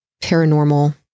paranormal